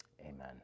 amen